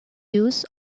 use